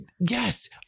Yes